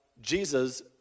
Jesus